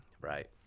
Right